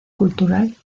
cultural